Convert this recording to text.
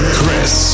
Chris